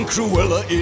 Cruella